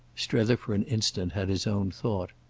strether for an instant had his own thought.